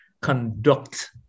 conduct